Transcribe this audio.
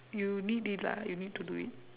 you need it lah you need to do it